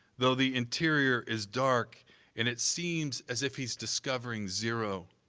though the interior is dark and it seems as if he's discovering zero.